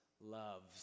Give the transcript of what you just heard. loves